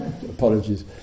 Apologies